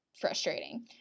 frustrating